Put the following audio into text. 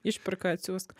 išpirką atsiųsk